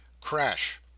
Crash